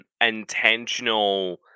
intentional